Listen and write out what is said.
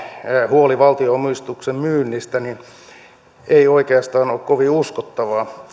huoli valtionomistuksen myynnistä eivät oikeastaan ole kovin uskottavia